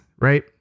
right